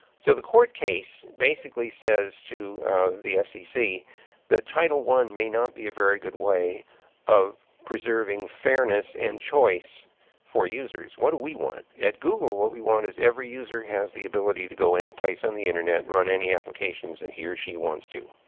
so the court case basically says to the fcc that title i may not be a very good way of preserving fairness and choice for users. what do we want? at google, what we want is every user has the ability to go anyplace on the internet and run any applications that he or she wants to.